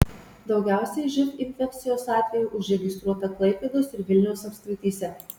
daugiausiai živ infekcijos atvejų užregistruota klaipėdos ir vilniaus apskrityse